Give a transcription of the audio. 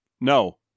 no